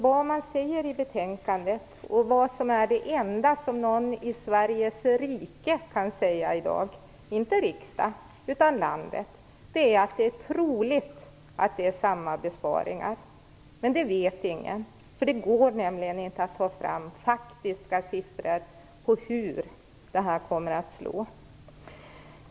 Vad man säger i betänkandet och vad som är det enda som någon i Sveriges rike kan säga i dag - inte i riksdagen utan i landet - är att det är troligt att det gäller samma besparingar. Men det vet ingen, för det går nämligen inte att få fram faktiska siffror på hur detta kommer att slå.